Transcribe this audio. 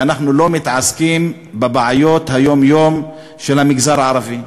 ואנחנו לא מתעסקים בבעיות היום-יום של המגזר הערבי.